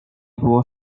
było